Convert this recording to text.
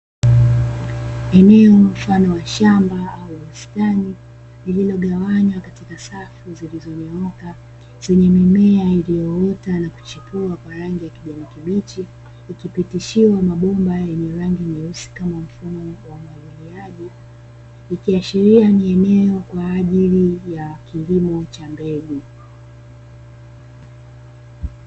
Eneo mfano wa shamba au bustani lililogawanywa katika safu zilizonyooka, zenye mimea iliyoota na kuchipua kwa rangi ya kijani kibichi, ikipitishiwa mabomba yenye rangi nyeusi kama mfumo wa umwagiliaji, ikiashiria ni eneo kwa ajili ya kilimo cha mbegu.